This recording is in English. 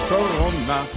Corona